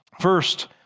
First